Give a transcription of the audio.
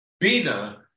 Bina